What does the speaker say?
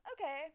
okay